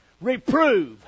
reprove